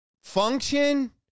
Function